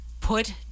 Put